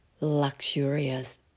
luxurious